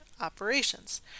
operations